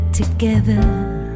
together